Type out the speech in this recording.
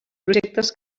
projectes